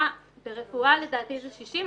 ברפואה לדעתי זה 60,